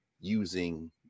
using